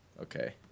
okay